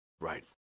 Right